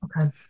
Okay